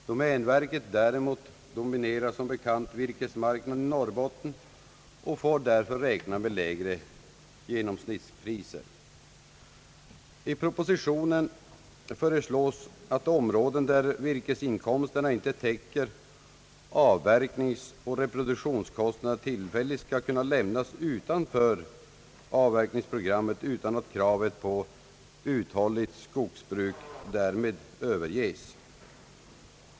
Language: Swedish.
Domänverket däremot dominerar som bekant virkesmarknaden i Norrbotten och får därför räkna med lägre genomsnittspriser. I propositionen föreslås att områden där virkesinkomsterna inte täcker avverkningsoch reproduktionskostnaderna tillfälligt skall kunna lämnas utanför avverkningsprogrammet utan att kravet på uthålligt skogsbruk därmed överges.